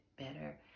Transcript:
better